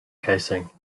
casing